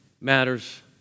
matters